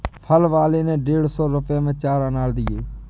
फल वाले ने डेढ़ सौ रुपए में चार अनार दिया